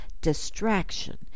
distraction